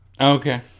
Okay